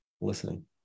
listening